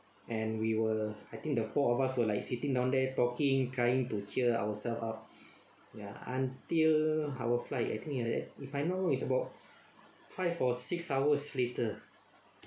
and we were I think the four of us were like sitting down there talking kind to cheer ourselves up ya until our flight I think like that if I not wrong is about five or six hours later